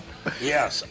Yes